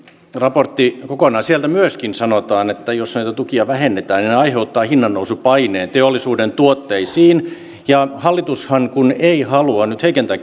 raportti kokonaan siellä myöskin sanotaan että jos näitä tukia vähennetään niin ne aiheuttavat hinnannousupaineen teollisuuden tuotteisiin ja hallitushan ei halua nyt heikentää